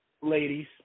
Ladies